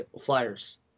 flyers